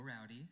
rowdy